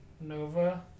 Nova